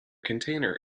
container